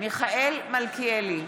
מיכאל מלכיאלי,